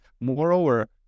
Moreover